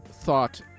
thought